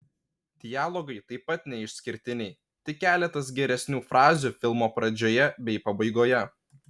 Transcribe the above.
dialogai taip pat neišskirtiniai tik keletas geresnių frazių filmo pradžioje bei pabaigoje